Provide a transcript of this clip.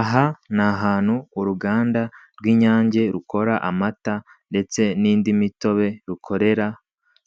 Aha ni ahantu uruganda rw'Inyange rukora amata ndetse n'indi mitobe rukorera,